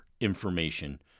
information